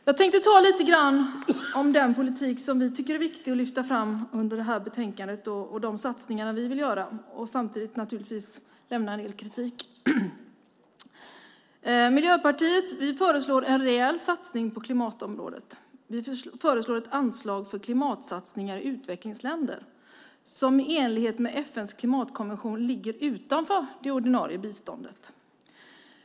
Jag tänkte ta upp lite grann om den politik som vi tycker är viktig att lyfta fram i samband med det här betänkandet och de satsningar vi vill göra och samtidigt naturligtvis lämna en del kritik. Miljöpartiet föreslår en rejäl satsning på klimatområdet. Vi föreslår ett anslag för klimatsatsningar i utvecklingsländer som i enlighet med FN:s klimatkommission ligger utanför det ordinarie biståndet.